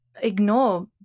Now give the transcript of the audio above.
ignore